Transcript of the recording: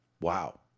wow